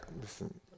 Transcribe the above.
listen